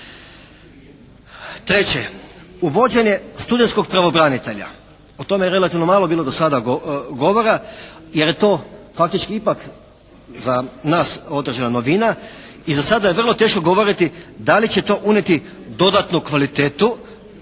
Treće, uvođenje studentskog pravobranitelja. O tome je relativno malo bilo do sada govora jer je to faktički ipak za nas određena novina i za sada je vrlo teško govoriti da li će to unijeti dodatnu kvalitetu